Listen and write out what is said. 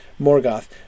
Morgoth